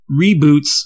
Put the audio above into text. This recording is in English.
reboots